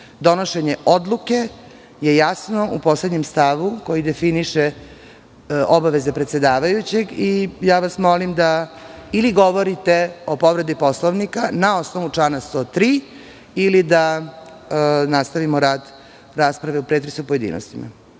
Donošenje odluke je jasno u poslednjem stavu koji definiše obaveze predsedavajućeg i molim vas da ili govorite o povredi Poslovnika na osnovu člana 103, ili da nastavimo rad rasprave o pretresu u pojedinostima. Možete